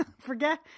forget